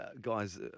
guys